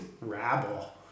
rabble